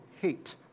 hate